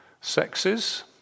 sexes